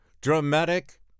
Dramatic